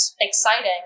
exciting